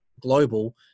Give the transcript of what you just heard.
global